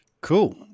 Cool